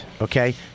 Okay